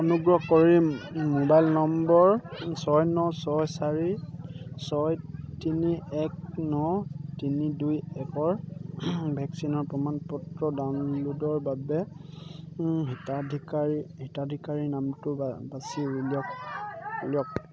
অনুগ্ৰহ কৰি mobile number ছয় ন ছয় চাৰি ছয় তিনি এক ন তিনি দুই একৰ ভেকচিনৰ প্ৰমাণপত্ৰ ডাউনলোডৰ বাবে হিতাধিকাৰীৰ নামটো বাছি উলিয়াওক